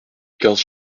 quinze